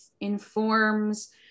informs